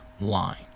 line